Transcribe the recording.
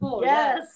Yes